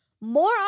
more